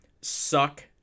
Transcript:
suck